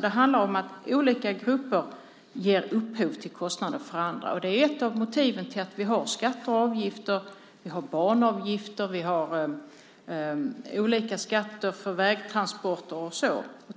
Det handlar om att olika grupper ger upphov till olika kostnader för andra. Det är ett av motiven till att vi har skatter och avgifter, vi har banavgifter och vi har olika skatter för vägtransporter.